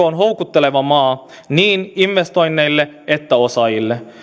on houkutteleva maa niin investoinneille kuin osaajille